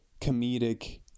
comedic